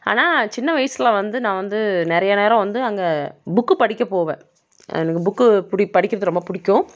ஆனால் சின்ன வயசில் வந்து நான் வந்து நிறைய நேரம் வந்து அங்க புக்கு படிக்க போவேன் எனக்கு புக்கு படிக்கிறது ரொம்ப பிடிக்கும்